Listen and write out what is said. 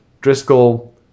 Driscoll